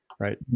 Right